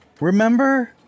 remember